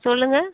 சொல்லுங்கள்